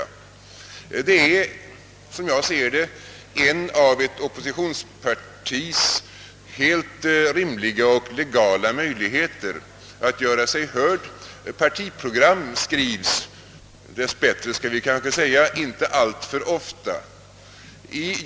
Sådana motioner utgör, som jag ser det, en av ett oppositionspartis rimliga och legala möjligheter att göra sig hört. Partiprogram skrivs, dess bättre skall jag kanske säga, inte alltför ofta.